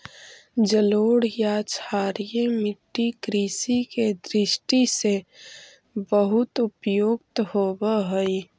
जलोढ़ या क्षारीय मट्टी कृषि के दृष्टि से बहुत उपयुक्त होवऽ हइ